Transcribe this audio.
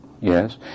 yes